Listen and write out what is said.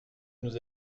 nous